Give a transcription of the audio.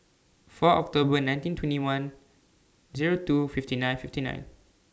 four October nineteen twenty one Zero two fifty nine fifty nine